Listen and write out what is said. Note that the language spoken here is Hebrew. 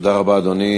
תודה רבה, אדוני.